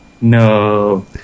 No